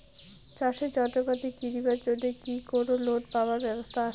চাষের যন্ত্রপাতি কিনিবার জন্য কি কোনো লোন পাবার ব্যবস্থা আসে?